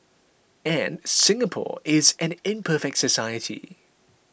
and Singapore is an imperfect society